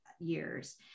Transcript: years